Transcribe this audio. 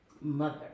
mother